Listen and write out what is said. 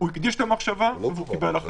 אני כבר לא יודע מה לבקש,